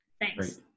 thanks